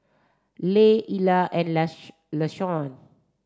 Leigh Illa and Lashawn